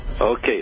okay